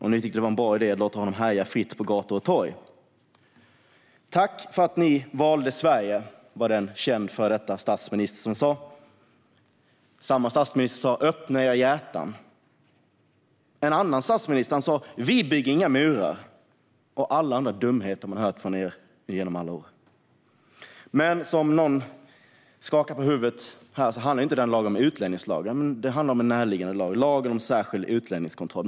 Ni tyckte att det var en bra idé att låta honom härja fritt på gator och torg. Tack för att ni valde Sverige, sa en känd före detta statsminister. Samma statsminister sa: Öppna era hjärtan! En annan statsminister sa: Vi bygger inga murar. Jag har hört så många dumheter från er under alla år. Dagens debatt handlar inte om utlänningslagen utan om en närliggande lag, lagen om särskild utlänningskontroll.